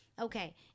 okay